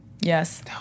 Yes